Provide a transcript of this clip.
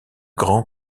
grands